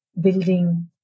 building